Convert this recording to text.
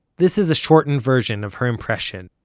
this is a shortened version of her impression.